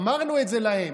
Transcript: אמרנו את זה להם,